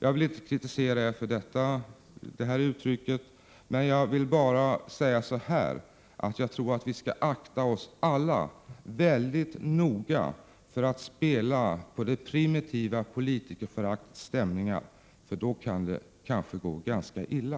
Jag vill inte kritisera er för att ni använder det uttrycket, men jag vill säga att jag tror att vi alla skall akta oss för att spela på det primitiva politikerföraktets stämningar, för i så fall kan det gå ganska illa.